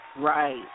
Right